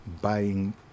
buying